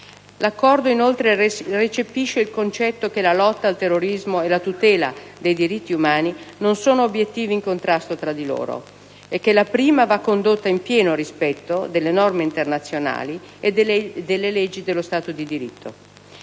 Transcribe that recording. L'Accordo recepisce inoltre il concetto che la lotta al terrorismo e la tutela dei diritti umani non sono obiettivi in contrasto tra di loro e che la prima va condotta nel pieno rispetto delle norme internazionali e delle leggi dello Stato di diritto.